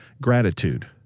gratitude